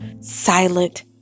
silent